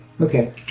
okay